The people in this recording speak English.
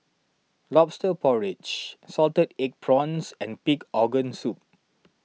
Lobster Porridge Salted Egg Prawns and Pig Organ Soup